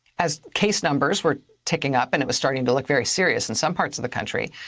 as case numbers were ticking up and it was starting to look very serious in some parts of the country,